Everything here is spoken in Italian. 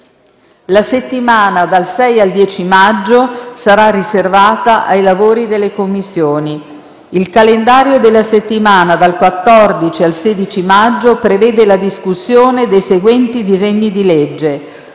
La settimana dal 6 al 10 maggio sarà riservata ai lavori delle Commissioni. Il calendario della settimana dal 14 al 16 maggio prevede la discussione dei seguenti disegni di legge: